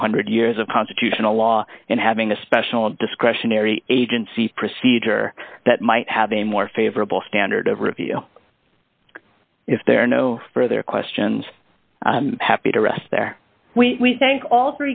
two hundred years of constitutional law and having a special discretionary agency procedure that might have a more favorable standard of review if there are no further questions happy to rest there we